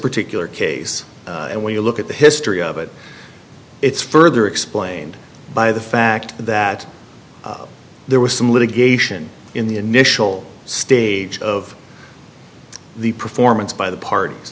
particular case and when you look at the history of it it's further explained by the fact that there was some litigation in the initial stage of the performance by the parties